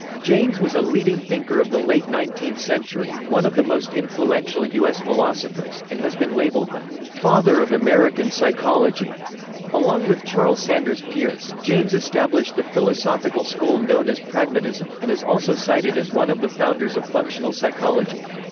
james was a leading thinker of the late nineteenth century, one of the most influential u s. philosophers, and has been labelled the father of american psychology along with charles sanders peirce, james established the philosophical school known as pragmatism, and is also cited as one of the founders of functional psychology.